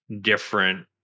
different